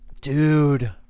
Dude